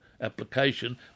application